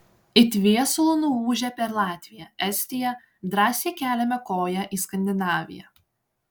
it viesulu nuūžę per latviją estiją drąsiai keliame koją į skandinaviją